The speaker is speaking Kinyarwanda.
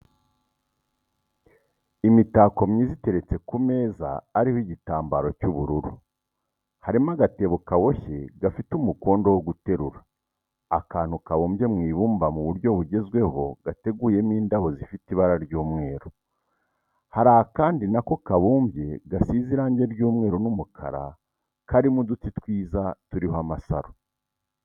Imitako myiza iteretse ku meza ariho igitamabaro cy'ubururu, harimo agatebo kaboshye gafite umukondo wo guterura, akantu kabumye mw'ibumba mu buryo bugezweho gateguyemo indabo zifite ibara ry'umweru, hari akandi nako kabumbye gasize irangi ry'umweru n'umukara karimo uduti twiza turiho amasaro.